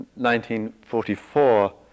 1944